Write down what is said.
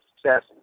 success